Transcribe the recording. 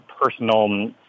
personal